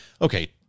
okay